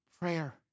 prayer